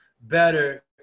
better